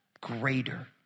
greater